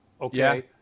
okay